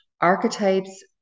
Archetypes